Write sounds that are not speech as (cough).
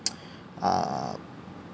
(noise) ah